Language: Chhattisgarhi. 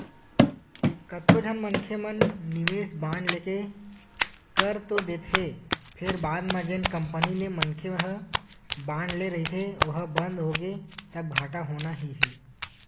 कतको झन मनखे मन निवेस बांड लेके कर तो देथे फेर बाद म जेन कंपनी ले मनखे ह बांड ले रहिथे ओहा बंद होगे तब घाटा होना ही हे